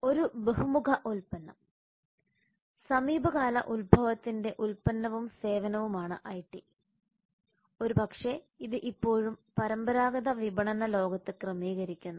ഒരു ബഹുമുഖ ഉൽപ്പന്നം സമീപകാല ഉത്ഭവത്തിന്റെ ഉൽപന്നവും സേവനവുമാണ് ഐടി ഒരുപക്ഷേ ഇത് ഇപ്പോഴും പരമ്പരാഗത വിപണന ലോകത്ത് ക്രമീകരിക്കുന്നു